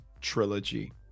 trilogy